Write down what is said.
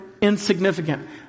insignificant